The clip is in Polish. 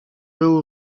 był